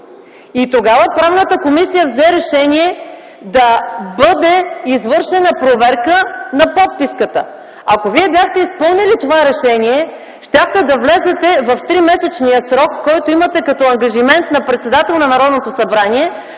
Тогава Правната комисия взе решение да бъде извършена проверка на подписката. Ако Вие бяхте изпълнили това решение, щяхте да влезете в тримесечния срок, който имате като ангажимент на председател на Народното събрание